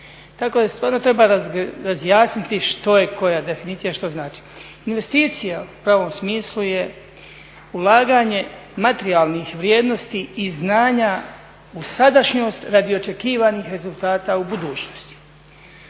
Tako da stvarno treba razjasniti što je koja definicija i šta znači. Investicija u pravom smislu je ulaganje materijalnih vrijednosti i znanja u sadašnjost radi očekivanih rezultata u budućnosti.